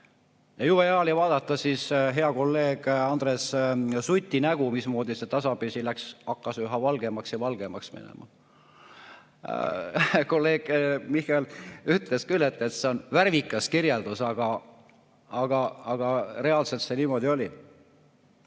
oli siis vaadata hea kolleeg Andres Suti nägu, mismoodi see tasapisi hakkas üha valgemaks ja valgemaks minema. Kolleeg Michal ütles küll, et see on värvikas kirjeldus, aga reaalselt niimoodi oli.